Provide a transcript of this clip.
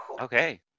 Okay